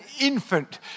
infant